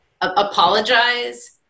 apologize